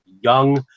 young